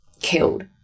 killed